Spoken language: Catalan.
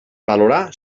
valorar